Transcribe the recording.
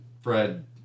Fred